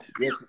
Yes